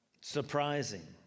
surprising